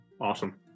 Awesome